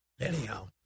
anyhow